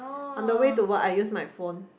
on the way to work I use my phone